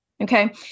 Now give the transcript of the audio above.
okay